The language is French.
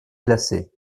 glacé